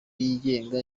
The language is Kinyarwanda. yigenga